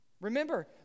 Remember